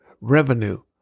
revenue